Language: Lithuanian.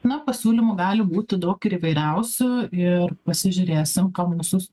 na pasiūlymų gali būti daug ir įvairiausių ir pasižiūrėsim ką mūsų